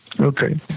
Okay